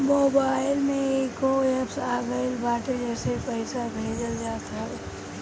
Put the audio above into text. mobile में कईगो app आ गईल बाटे जेसे पईसा भेजल जात हवे